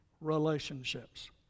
relationships